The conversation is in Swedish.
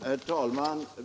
Herr talman!